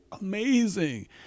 amazing